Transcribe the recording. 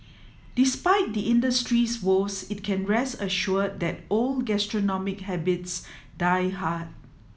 despite the industry's woes it can rest assured that old gastronomic habits die hard